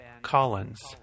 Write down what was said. Collins